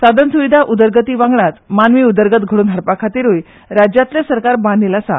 साधन सुविधा उदरगती वांगडाच मानवी उदरगत घडोवन हाडपा खातीरूय राज्यांतलें सरकार बांदील आसा